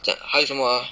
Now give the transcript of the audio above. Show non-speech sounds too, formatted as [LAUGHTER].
[NOISE] 还有什么 ah